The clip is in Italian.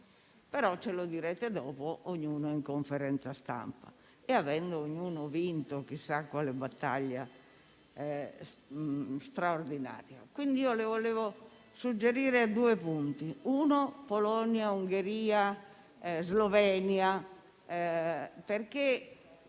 però lo direte dopo, ognuno in conferenza stampa e avendo ognuno vinto chissà quale battaglia straordinaria. Quindi, io le volevo dare alcuni suggerimenti. Punto uno: Polonia, Ungheria e Slovenia, perché